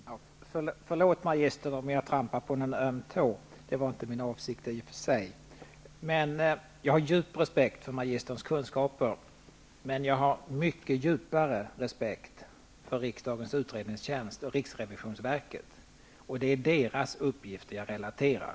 Herr talman! Förlåt, magistern, om jag trampar på en öm tå. Det var i och för sig inte min avsikt. Jag har djup respekt för magisterns kunskaper, men jag har djupare respekt för riksdagens utredningstjänst och riksrevisionsverket. Det är deras uppgifter jag relaterar.